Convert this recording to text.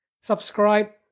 Subscribe